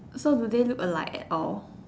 so do they look alike at all